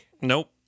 Nope